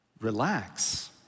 relax